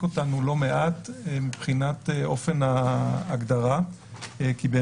אותנו לא מעט מבחינת אופן ההגדרה כי,